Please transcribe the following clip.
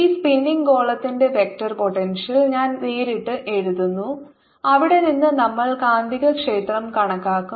ഈ സ്പിന്നിംഗ് ഗോളത്തിന്റെ vector potential ഞാൻ നേരിട്ട് എഴുതുന്നു അവിടെ നിന്ന് നമ്മൾ കാന്തികക്ഷേത്രം കണക്കാക്കും